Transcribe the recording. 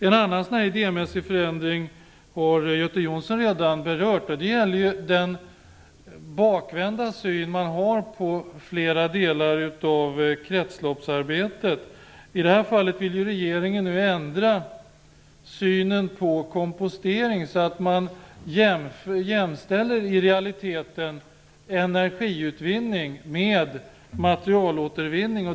En annan idémässig förändring har Göte Jonsson redan berört. Det gäller den bakvända syn som man har på flera delar av kretsloppsarbetet. I det här fallet vill regeringen ändra synen på kompostering. Man jämställer i realiteten energiutvinning med materialåtervinning.